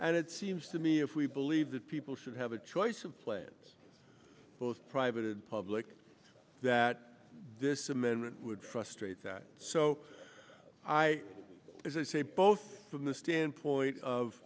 it's to me if we believe that people should have a choice of plans both private and public that this amendment would frustrate that so i as i say both from the standpoint of